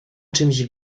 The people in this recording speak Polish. czymś